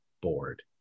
board